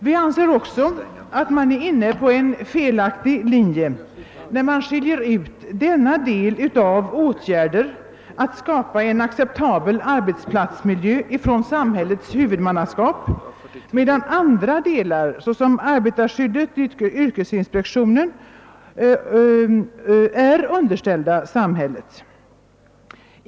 Vi ansetf också att man är inne på en felaktig linje när man skiljer ut denna del av åtgärder för att skapa en acceptabel arbetsplatsmiljö från samhällets huvudmannaskap, medan andra delar såsom arbetarskyddet och yrkesinspektionen är underställda samhället.